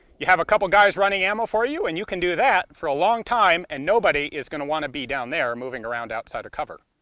you have a couple guys running ammo for you, and you can do that for a long time, and nobody is going to want to be down there moving around outside of cover.